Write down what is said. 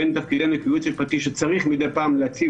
בין ייעוץ משפטי שצריך מדי פעם להציב